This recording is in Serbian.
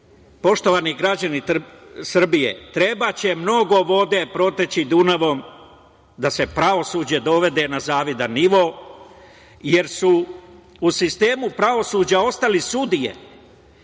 Kuburović. Poštovani građani Srbije, trebaće mnogo vode proteći Dunavom da se pravosuđe dovede na zavidan nivo, jer su u sistemu pravosuđa ostali sudije,